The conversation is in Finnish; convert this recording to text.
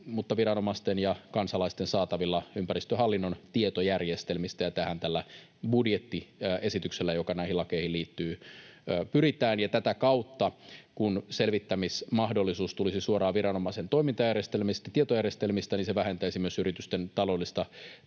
myös viranomaisten ja kansalaisten saatavilla ympäristöhallinnon tietojärjestelmistä, ja tähän tällä budjettiesityksellä, joka näihin lakeihin liittyy, pyritään. Ja tätä kautta, kun selvittämismahdollisuus tulisi suoraan viranomaisen tietojärjestelmistä, se vähentäisi myös yritysten taloudellista taakkaa erillisten